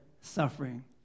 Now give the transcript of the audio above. suffering